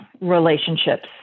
relationships